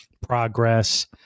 progress